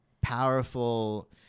powerful